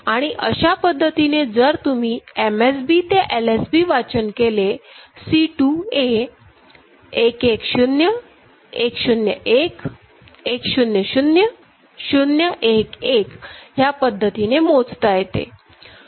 आणि अशा पद्धतीने जर तुम्ही एम एस बी ते एल एस बी वाचन केलेC टू A 1 1 0 1 0 1 1 0 0 0 1 1 ह्या पद्धतीने मोजता येते